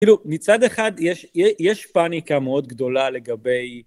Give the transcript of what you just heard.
כאילו מצד אחד יש פאניקה מאוד גדולה לגבי